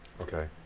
Okay